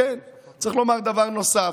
צריך לומר דבר נוסף: